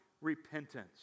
repentance